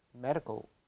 medical